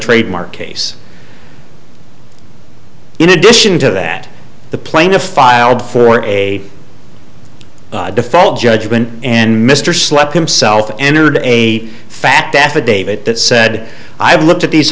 trademark case in addition to that the plaintiff filed for a default judgment and mr slept himself entered a fat affidavit that said i've looked at these